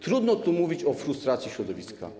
Trudno tu mówić o frustracji środowiska.